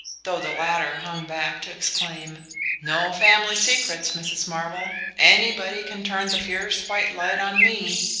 though the latter hung back to exclaim no family secrets, mrs. marvell anybody can turn the fierce white light on me!